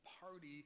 party